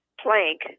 Plank